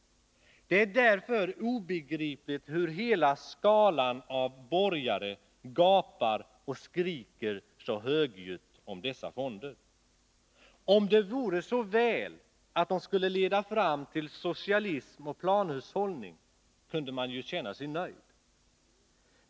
Det är därför obegripligt varför hela skalan av borgare gapar och skriker så högljutt om dessa fonder. Om det vore så väl att de skulle leda fram till socialism och planhushållning, kunde man ju känna sig nöjd.